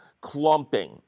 clumping